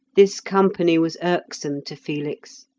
this company was irksome to felix.